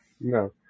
No